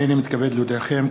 הנני מתכבד להודיעכם,